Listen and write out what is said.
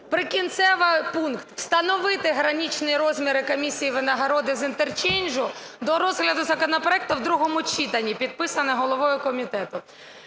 Прикінцевий пункт: встановити граничні розміри комісій винагороди з інтерчейнджу до розгляду законопроекту в другому читанні. Підписано головою комітету.